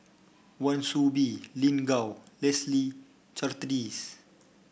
Wan Soon Bee Lin Gao Leslie Charteris